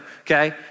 okay